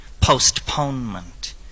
postponement